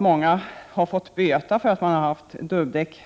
Många har nu fått böta därför att de haft dubbdäck